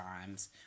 times